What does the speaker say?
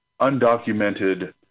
undocumented